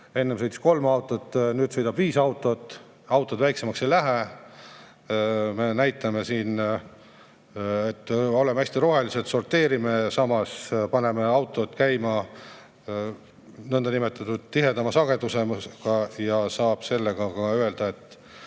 Enne sõitis kolm autot, nüüd sõidab viis autot. Autod väiksemaks ei lähe. Me näitame siin, et oleme hästi rohelised, sorteerime, aga samas paneme autod käima nõndanimetatud tihedama sagedusega. Selle kohta saab ka öelda, et